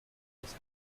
has